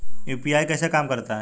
UPI कैसे काम करता है?